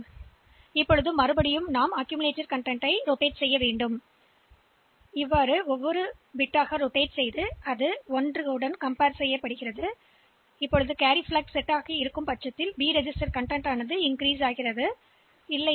எனவே நீங்கள் சி மதிப்பைக் குறைக்கிறீர்கள் ஏனென்றால் நாங்கள் 0 வரும்வரை ஒரு சுழற்சியைச் செய்துள்ளோம் மற்றும் நீங்கள் மீண்டும் இந்த இடத்திற்குச் செல்வீர்கள் திரட்டியைச் சுழற்றுங்கள் நாங்கள் இந்த காரியத்தைச் செய்வோம்